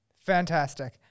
fantastic